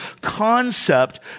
concept